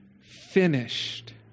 finished